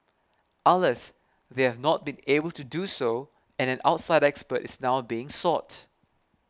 Alas they have not been able to do so and an outside expert is now being sought